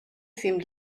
seemed